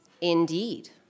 Indeed